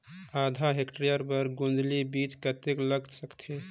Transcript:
आधा हेक्टेयर बर गोंदली बीच कतेक लाग सकथे?